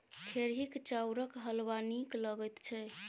खेरहीक चाउरक हलवा नीक लगैत छै